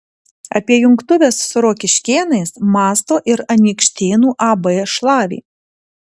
apie jungtuves su rokiškėnais mąsto ir anykštėnų ab šlavė